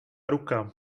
ruka